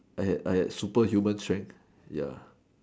I had I had superhuman strength ya